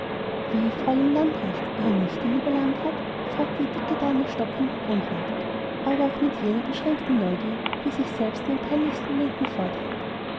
wie fräulein lamprecht ihre nichte lieber landrat fragte die dicke dame stockend und ungläubig aber auch mit jener beschränkten neugier die sich selbst in den peinlichsten momenten vordrängt